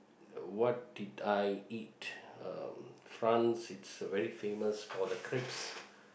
what did I eat uh France it's very famous for the crepes